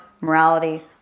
morality